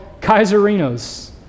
Kaiserinos